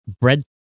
bread